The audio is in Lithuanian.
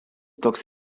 toks